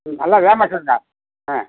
ம் நல்லா வேகமாக சொல்லுங்கள் ஆ